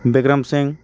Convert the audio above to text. Bikram Singh